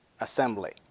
assembly